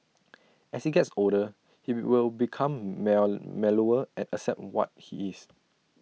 as he gets older he will become mellower and accept what he is